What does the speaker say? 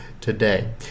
today